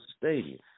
stadium